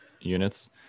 units